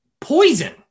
poison